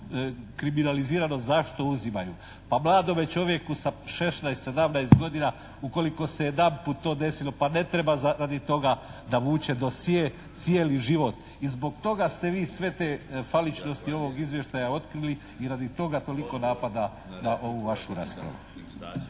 kriminalizirano zašto uzimaju. Pa mladome čovjeku sa 16, 17 godina ukoliko se jedanput to desilo pa ne treba radi toga da vuče dosje cijeli život i zbog toga ste vi sve te faličnosti ovog izvještaja otkrili i radi toga … /Govornici govore u glas,